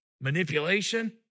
manipulation